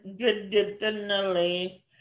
traditionally